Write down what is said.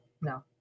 No